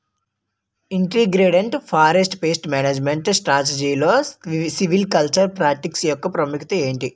Integrated forest pest management స్ట్రాటజీలో silvicultural practice యెక్క ప్రాముఖ్యత ఏమిటి??